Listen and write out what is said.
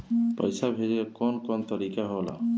पइसा भेजे के कौन कोन तरीका होला?